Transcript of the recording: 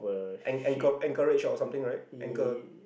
and and anchorage or something right ankle